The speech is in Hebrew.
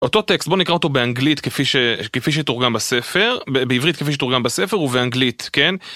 אותו טקסט בוא נקרא אותו באנגלית כפי שכפי שתורגם בספר בעברית כפי שתורגם בספר ובאנגלית, כן?